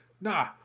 nah